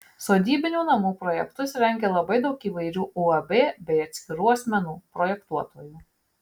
sodybinių namų projektus rengia labai daug įvairių uab bei atskirų asmenų projektuotojų